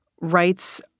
rights